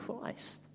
Christ